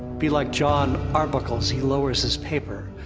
be like jon arbuckle as he lowers his paper,